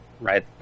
right